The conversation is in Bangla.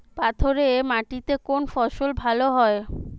পাথরে মাটিতে কোন ফসল ভালো হয়?